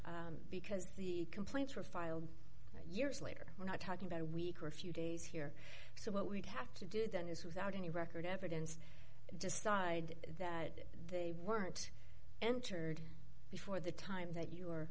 because the complaints were filed years later we're not talking about a week or a few days here so what we have to do then is without any record evidence decide that they weren't entered before the time that you